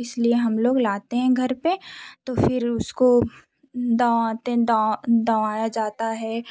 इसलिए हम लोग लाते हैं घर पर तो फिर उसको दांत दां दवांया जाता है